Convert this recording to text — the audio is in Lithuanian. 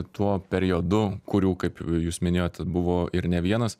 tuo periodu kurių kaip jūs minėjot buvo ir ne vienas